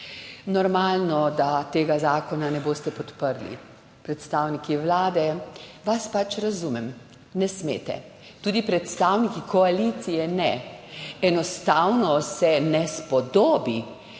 Normalno, da tega zakona ne boste podprli. Predstavniki Vlade, vas pač razumem, ne smete. Tudi predstavniki koalicije ne. Enostavno se ne spodobi